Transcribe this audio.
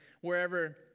wherever